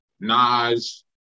Nas